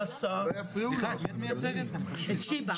בבקשה.